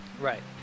right